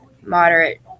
moderate